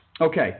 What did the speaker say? Okay